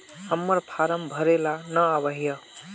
हम्मर फारम भरे ला न आबेहय?